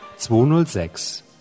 206